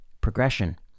progression